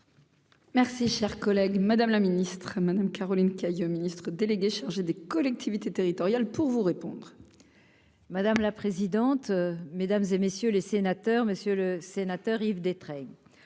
Merci, cher collègue, Madame la ministre Madame Caroline Cayeux, ministre délégué chargé des collectivités territoriales pour vous répondre. Madame la présidente, mesdames et messieurs les sénateurs, monsieur le sénateur, Yves Détraigne,